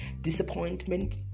disappointment